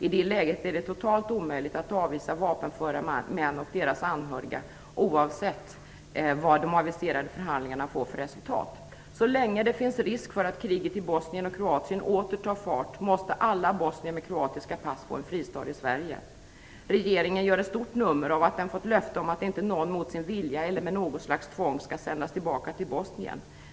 I det läget är det omöjligt att avvisa vapenföra män och deras anhöriga oavsett vad de aviserade förhandlingarna får för resultat. Så länge det finns risk för att kriget i Bosnien och Kroatien åter tar fart måste alla bosnier med kroatiskt pass få en fristad i Sverige. Regeringen gör ett stort nummer av att den har fått löfte om att inte någon mot sin vilja eller med något slags tvång skall sändas tillbaka till Bosnien.